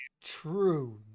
true